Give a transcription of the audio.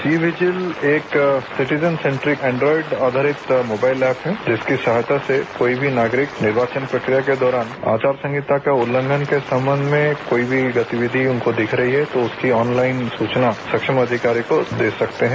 सी vigil एक citizen centric Android आधारित mobile app है जिसकी सहायता से कोई भी नागरिक निर्वाचन प्रक्रिया के दौरान आचार संहिता के उल्लंघन के संबंध में कोई भी गतिविधि उनको दिख रही है तो उसकी ऑन लाइन सूचना सक्षम अधिकारी को दे सकते हैं